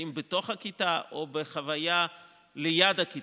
האם בתוך הכיתה או בחוויה ליד הכיתה,